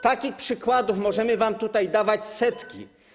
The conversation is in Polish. Takich przykładów możemy wam tutaj dawać setki.